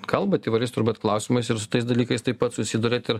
kalbat įvairiais turbūt klausimais ir su tais dalykais taip pat susiduria ir